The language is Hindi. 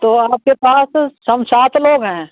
तो आपके पास हम सात लोग हैं